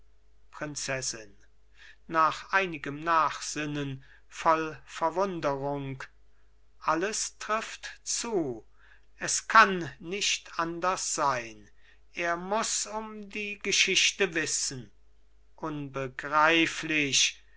prinzessin nach einigem nachsinnen voll verwunderung alles trifft zu es kann nicht anders sein er muß um die geschichte wissen unbegreiflich